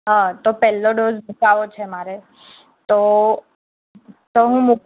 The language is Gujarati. હં તો પહેલો ડોઝ મૂકાવવો છે મારે તો તો હું